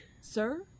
Sir